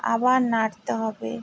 আবার নাড়তে হবে